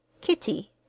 Kitty